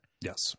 Yes